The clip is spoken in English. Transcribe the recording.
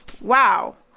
wow